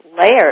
layers